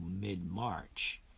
mid-March